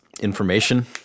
information